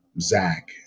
Zach